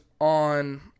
on